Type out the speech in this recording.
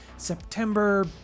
September